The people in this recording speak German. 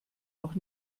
noch